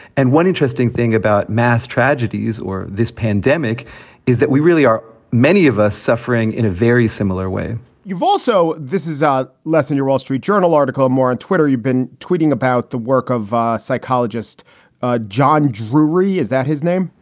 and one interesting thing about mass tragedies or this pandemic is that we really are. many of us suffering in a very similar way you've also this is a lesson your wall street journal article, more on twitter. you've been tweeting about the work of psychologist ah john drury. is that his name?